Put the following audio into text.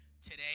today